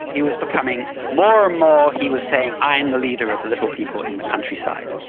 he was becoming more and more, he was saying, i am the leader of the little people in the countryside,